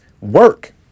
work